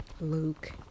Luke